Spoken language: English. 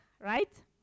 right